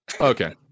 Okay